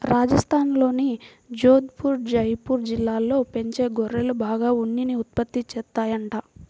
రాజస్థాన్లోని జోధపుర్, జైపూర్ జిల్లాల్లో పెంచే గొర్రెలు బాగా ఉన్నిని ఉత్పత్తి చేత్తాయంట